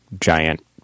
giant